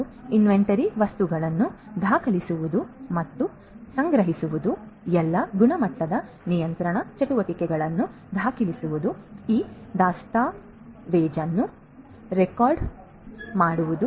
ಮತ್ತು ಇನ್ವೆಂಟರಿ ವಸ್ತುಗಳನ್ನು ದಾಖಲಿಸುವುದು ಮತ್ತು ಸಂಗ್ರಹಿಸುವುದು ಮತ್ತು ಎಲ್ಲಾ ಗುಣಮಟ್ಟದ ನಿಯಂತ್ರಣ ಚಟುವಟಿಕೆಗಳನ್ನು ದಾಖಲಿಸುವುದು ಈ ದಸ್ತಾವೇಜನ್ನು ರೆಕಾರ್ಡಿಂಗ್ ಆರ್ಕೈವಿಂಗ್ ಹೀಗೆ